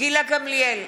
גילה גמליאל,